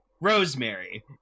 rosemary